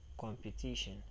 competition